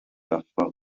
parfois